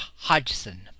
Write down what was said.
Hodgson